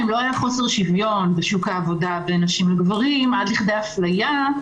אם לא היה חוסר שוויון בשוק העבודה בין נשים לגברים עד לכדי אפליה,